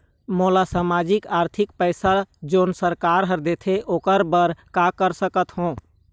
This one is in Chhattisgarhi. मोला सामाजिक आरथिक पैसा जोन सरकार हर देथे ओकर बर का कर सकत हो?